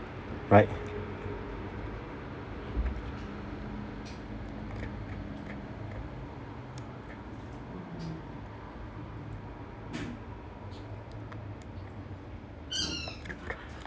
right